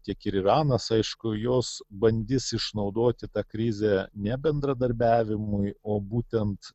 tiek ir iranas aišku jos bandys išnaudoti tą krizę nebendradarbiavimui o būtent